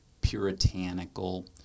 puritanical